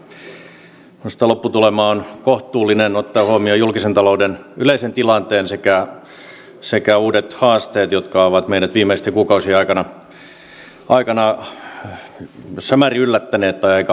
minusta lopputulema on kohtuullinen ottaen huomioon julkisen talouden yleisen tilanteen sekä uudet haasteet jotka ovat meidät viimeisten kuukausien aikana jossain määrin yllättäneet tai aika perusteellisestikin